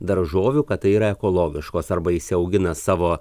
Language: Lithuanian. daržovių kad tai yra ekologiškos arba išsiaugina savo